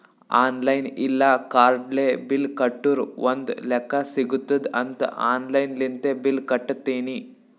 online ಇಲ್ಲ ಕಾರ್ಡ್ಲೆ bill ಕಟ್ಟುರ್ ಒಂದ್ ಲೆಕ್ಕಾ ಸಿಗತ್ತುದ್ ಅಂತ್ ಆನ್ಲೈನ್ ಲಿಂತೆ ಬಿಲ್ ಕಟ್ಟತ್ತಿನಿ